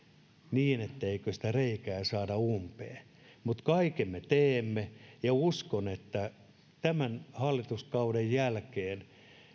niin että se reikä saada ihan nopeasti umpeen mutta kaiken me teemme ja uskon että tämän hallituskauden jälkeen